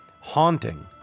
haunting